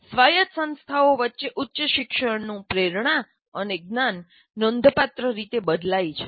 સ્વાયત સંસ્થાઓ વચ્ચે ઉચ્ચશિક્ષણનું પ્રેરણા અને જ્ઞાન નોંધપાત્ર રીતે બદલાય છે